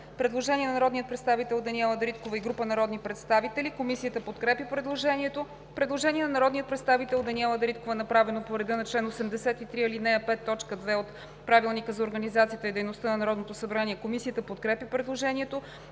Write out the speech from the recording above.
предложение на народния представител Даниела Дариткова и група народни представители. Комисията подкрепя предложението. Предложение на народния представител Даниела Дариткова, направено по реда на чл. 83, ал. 5, т. 2 от Правилника за организацията и дейността на Народното събрание. Комисията подкрепя предложението.